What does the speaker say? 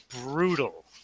Brutal